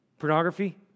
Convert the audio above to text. pornography